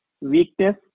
weakness